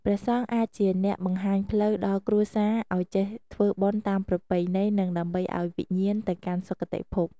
ព្រះសង្ឃអាចជាអ្នកបង្ហាញផ្លូវដល់គ្រួសារ អោយចេះធ្វើបុណ្យតាមប្រពៃណីនិងដើម្បីឲ្យវិញ្ញាណទៅកាន់សុគតិភព។